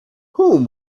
whom